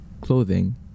clothing